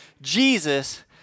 Jesus